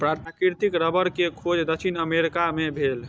प्राकृतिक रबड़ के खोज दक्षिण अमेरिका मे भेल छल